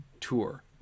tour